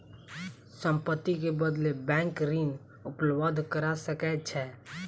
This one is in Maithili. संपत्ति के बदले बैंक ऋण उपलब्ध करा सकै छै